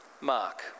mark